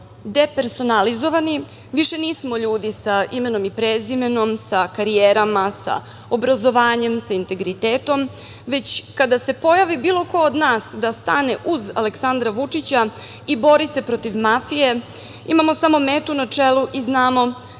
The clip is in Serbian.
depersonalizovani. Više nismo ljudi sa imenom i prezimenom, sa karijerama, sa obrazovanjem, sa integritetom, već kada se pojavi bilo ko od nas da stane uz Aleksandra Vučića i bori se protiv mafije, imamo samo metu na čelu i znamo